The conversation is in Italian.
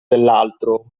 dell’altro